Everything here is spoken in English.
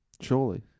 Surely